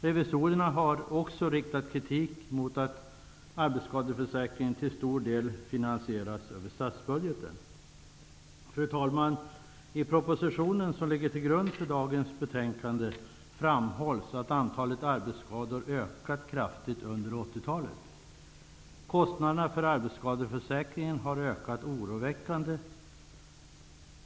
Revisorerna har även riktat kritik mot att arbetsskadeförsäkringen till stor del finansieras över statsbudgeten. Fru talman! I propositionen som ligger till grund för dagens betänkande framhålls att antalet arbetsskador ökat kraftigt under 80-talet. Kostnaderna för arbetsskadeförsäkringen har ökat oroväckande.